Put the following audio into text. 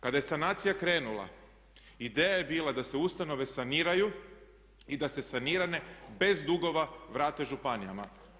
Kada je sanacija krenula ideja je bila da se ustanove saniraju i da se sanirane bez dugova vrate županijama.